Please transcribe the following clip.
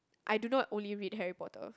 I do not only read Harry-Potter